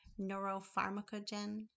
NeuroPharmacogen